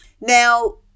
Now